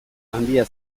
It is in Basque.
handia